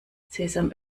sesam